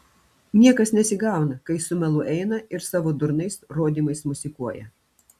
niekas nesigauna kai su melu eina ir savo durnais rodymais mosikuoja